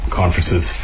conferences